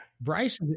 Bryce